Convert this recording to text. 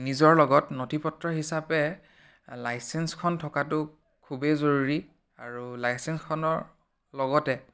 নিজৰ লগত নথি পত্ৰ হিচাপে লাইচেন্সখন থকাটো খুবেই জৰুৰী আৰু লাইচেন্সখনৰ লগতে